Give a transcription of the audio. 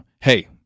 hey